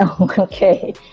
okay